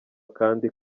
kandi